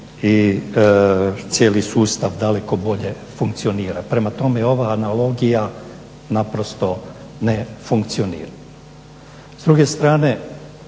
i cijeli sustav daleko bolje funkcionira. Prema tome, ova analogija naprosto ne funkcionira. S druge strane